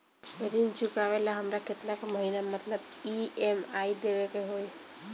ऋण चुकावेला हमरा केतना के महीना मतलब ई.एम.आई देवे के होई?